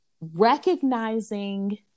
recognizing